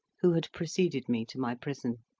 who had preceded me to my prison.